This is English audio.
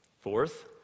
Fourth